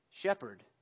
shepherd